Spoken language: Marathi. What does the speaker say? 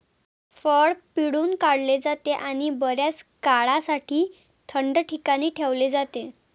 फळ पिळून काढले जाते आणि बर्याच काळासाठी थंड ठिकाणी ठेवले जाते